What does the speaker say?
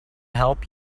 help